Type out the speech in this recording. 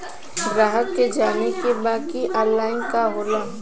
ग्राहक के जाने के बा की ऑनलाइन का होला?